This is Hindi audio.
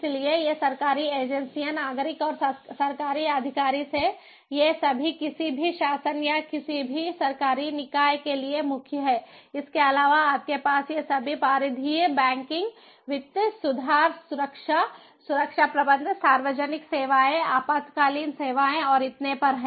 इसलिए ये सरकारी एजेंसियां नागरिक और सरकारी अधिकारी ये सभी किसी भी शासन या किसी भी सरकारी निकाय के लिए मुख्य हैं इसके अलावा आपके पास ये सभी परिधीय बैंकिंग वित्त सुधार सुरक्षा सुरक्षा प्रबंधन सार्वजनिक सेवाएं आपातकालीन सेवाएं और इतने पर हैं